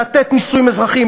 לתת נישואים אזרחיים,